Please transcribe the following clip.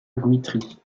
guitry